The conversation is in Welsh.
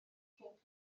cyn